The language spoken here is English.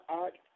art